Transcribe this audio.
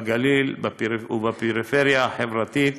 בגליל ובפריפריה החברתית,